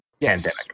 Pandemic